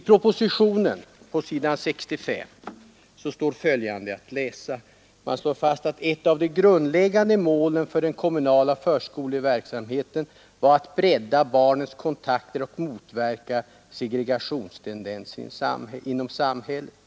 På s. 65 i propositionen slås fast att ett av de grundläggande målen för den kommunala förskolan är att bredda barnens kontakter och motverka segregationstendenser inom samhället.